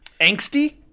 Angsty